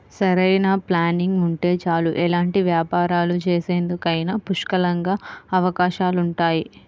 సరైన ప్లానింగ్ ఉంటే చాలు ఎలాంటి వ్యాపారాలు చేసేందుకైనా పుష్కలంగా అవకాశాలుంటాయి